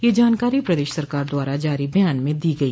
यह जानकारी प्रदेश सरकार द्वारा जारी बयान में दी गई